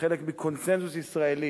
חלק מקונסנזוס ישראלי,